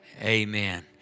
Amen